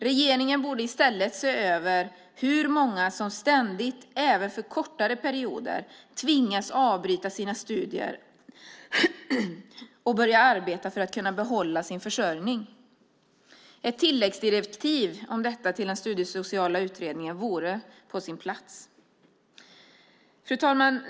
Regeringen borde i stället se över hur många som, även för kortare perioder, tvingas avbryta sina studier och börja arbeta för att kunna behålla sin försörjning. Ett tilläggsdirektiv om detta till den studiesociala utredningen vore på sin plats. Fru talman!